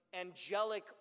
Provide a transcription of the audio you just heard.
angelic